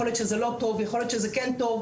יכול להיות שזה לא טוב, יכול להיות שזה כן טוב.